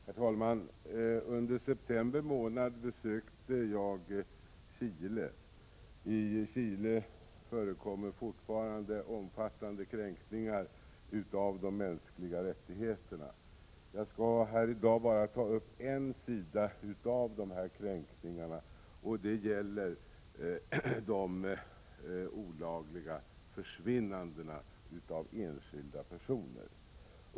Herr talman! Under september månad besökte jag Chile. I Chile förekommer fortfarande omfattande kränkningar av de mänskliga rättigheterna. Jag skall i dag bara ta upp en sida av de här kränkningarna, och det gäller enskilda personers försvinnande på olagligt sätt.